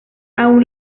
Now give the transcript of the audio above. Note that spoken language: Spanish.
aún